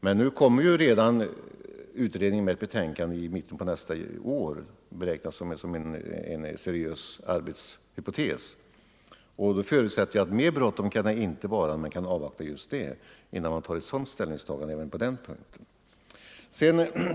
Men nu kommer ju utredningen med ett betänkande redan i mit — järnvägstrafik, ten av nästa år — det anses vara en seriös arbetshypotes — och då förutsätter — m.m. jag att det inte kan vara mer bråttom än att man bör avvakta detta betänkande.